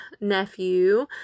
nephew